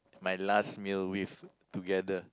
my last meal with together